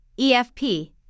EFP